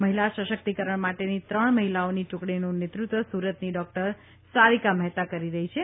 મહિલા સશક્તિકરણ માટેની ત્રણ મહિલઓની ટ્રકડીનું નેત્રત્વ સુરતની ડોકટર સારિકા મહેતા કરી રહી છે